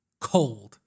cold